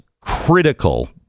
critical